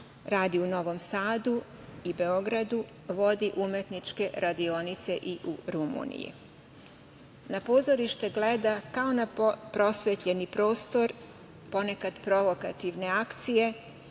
u Novom Sadu i Beogradu, vodi umetničke radionice i u Rumuniji. Na pozorište gleda kao na prosvetljeni prostor, ponekad provokativne akcije,